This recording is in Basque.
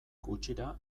gutxira